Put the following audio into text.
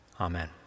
Amen